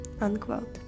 Unquote